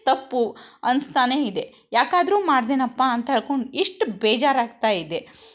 ತಪ್ಪು ಅನ್ನಿಸ್ತಾನೇಯಿದೆ ಯಾಕಾದ್ರೂ ಮಾಡಿದ್ನಪ್ಪ ಅಂತ ಹೇಳ್ಕೊಂಡು ಇಷ್ಟು ಬೇಜಾರಾಗ್ತಾಯಿದೆ